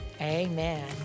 Amen